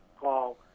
call